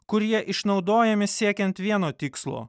kur jie išnaudojami siekiant vieno tikslo